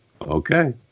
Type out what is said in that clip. Okay